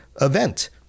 event